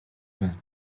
байна